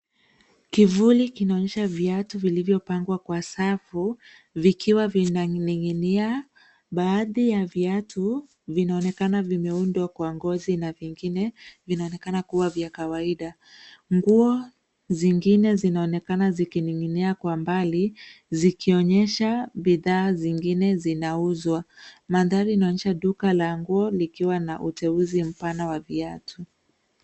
Kivuli kinaonyesha viatu vilivyopangwa kwa safu vikiwa vinaning'inia. Baadhi ya viatu vinaonekana vimeundwa kwa ngozi na vingine vinaonekana kuwa vya kawaida. Nguo zingine zinaonekana zikining'inia kwa mbali zikionyesha bidhaa zingine zinauzwa. Mandhari inaonyesha duka la nguo, likiwa na uteuzi mpana wa viatu.